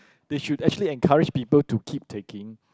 they should actually encourage people to keep taking